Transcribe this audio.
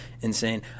insane